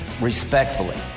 respectfully